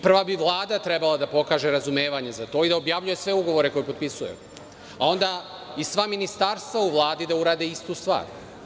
Prva bi Vlada trebala da pokaže razumevanje za to i da objavljuje sve ugovore koje potpisuje, a onda i sva ministarstva u Vladi da urade istu stvar.